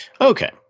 Okay